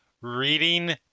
reading